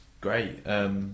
great